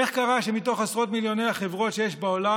איך קרה שמתוך עשרות מיליוני החברות שיש בעולם